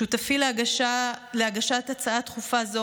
שותפי להגשת הצעה דחופה זו,